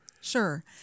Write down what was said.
Sure